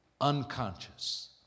unconscious